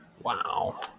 Wow